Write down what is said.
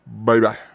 Bye-bye